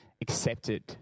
accepted